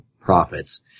prophets